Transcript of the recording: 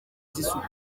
z’isuku